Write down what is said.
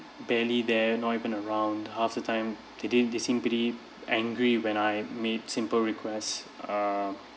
barely there not even around half the time they didn't they simply angry when I made simple request uh